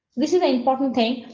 this is an important thing,